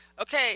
okay